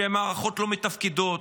שמערכות לא מתפקדות,